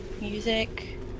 Music